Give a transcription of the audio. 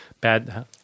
bad